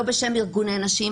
לא בשם ארגוני נשים,